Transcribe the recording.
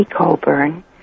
Colburn